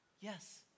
Yes